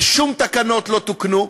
ושום תקנות לא תוקנו,